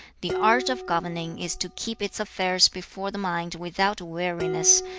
the art of governing is to keep its affairs before the mind without weariness,